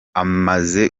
amaze